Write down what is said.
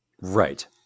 Right